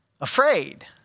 afraid